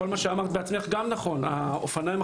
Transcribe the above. וכל מה שאמרת בעצמך גם נכון,